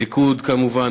הליכוד כמובן,